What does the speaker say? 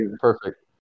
perfect